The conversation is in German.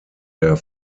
der